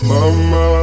Mama